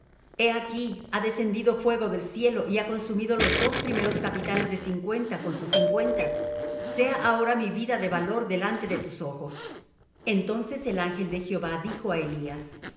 he aquí ha descendido fuego del cielo y ha consumido los dos primeros capitanes de cincuenta con sus cincuenta sea ahora mi vida de valor delante de tus ojos entonces el ángel de jehová dijo á elías